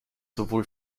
sowohl